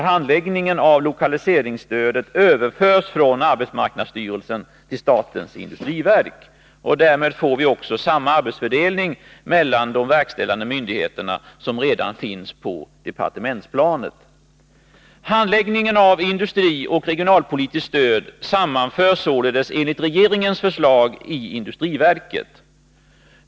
Handläggningen av lokaliseringsstödet överförs från arbetsmarknadsstyrelsen till statens industriverk. Därmed får vi samma arbetsfördelning mellan de verkställande myndigheterna som redan finns på departementsplanet. Handläggningen av industrioch regionalpolitiskt stöd sammanförs således enligt regeringens förslag i industriverket.